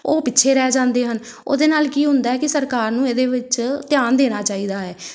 ਉਹ ਪਿੱਛੇ ਰਹਿ ਜਾਂਦੇ ਹਨ ਉਹਦੇ ਨਾਲ ਕੀ ਹੁੰਦਾ ਕਿ ਸਰਕਾਰ ਨੂੰ ਇਹਦੇ ਵਿੱਚ ਧਿਆਨ ਦੇਣਾ ਚਾਹੀਦਾ ਹੈ